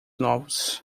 novos